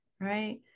right